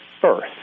first